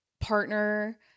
partner